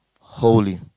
holy